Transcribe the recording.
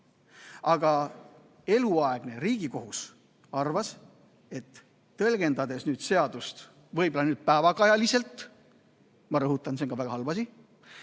Aga eluaegne Riigikohus arvas, et tõlgendades seadust võib-olla päevakajaliselt – ma rõhutan: see on ka väga halb asi